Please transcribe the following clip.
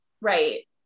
right